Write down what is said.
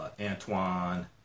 Antoine